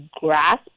grasp